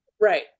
Right